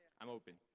i'm open.